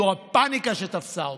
זו הפניקה שתפסה אתכם.